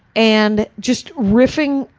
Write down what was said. and just riffing,